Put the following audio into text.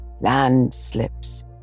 landslips